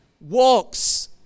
walks